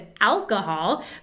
alcohol